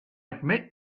admit